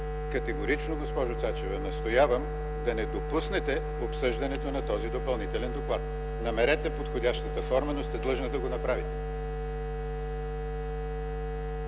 категорично, госпожо Цачева, настоявам да не допуснете обсъждането на този допълнителен доклад. Намерете подходящата форма, но сте длъжна да го направите.